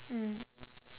mm